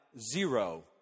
zero